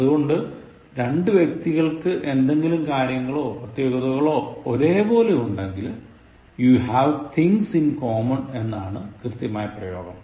അതുകൊണ്ട് രണ്ട് വ്യക്തികൾക്ക് എന്തെങ്കിലും കാര്യങ്ങളോ പ്രത്യേകതകളോ ഒരേ പോലെ ഉണ്ടെങ്കിൽ you have things in common എന്നതാണ് കൃത്യമായ പ്രയോഗം